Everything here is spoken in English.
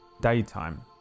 daytime